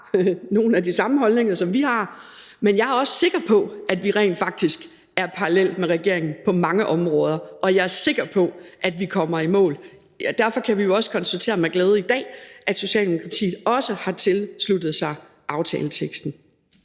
nogle af de samme holdninger, som vi har, men jeg er også sikker på, at vi rent faktisk er parallelle med regeringen på mange områder – og jeg er sikker på, at vi kommer i mål. Derfor kan vi jo også konstatere med glæde i dag, at Socialdemokratiet også har tilsluttet sig vedtagelsesteksten.